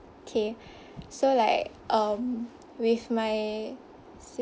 okay so like um with my sa~